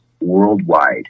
worldwide